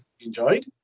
enjoyed